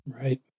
Right